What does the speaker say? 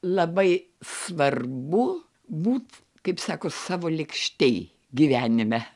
labai svarbu būt kaip sako savo lėkštėj gyvenime